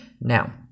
Now